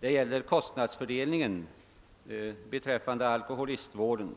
ta upp kostnadsfördelningen beträffande alkoholistvården.